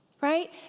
right